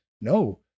No